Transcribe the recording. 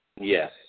Yes